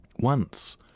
once,